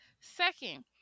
Second